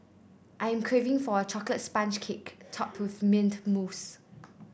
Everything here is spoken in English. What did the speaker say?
I am craving for a chocolate sponge cake topped with mint mousse